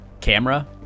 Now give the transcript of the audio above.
camera